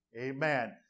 Amen